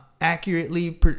accurately